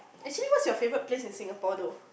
actually what's your favourite place in Singapore though